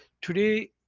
Today